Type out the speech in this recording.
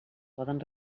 poden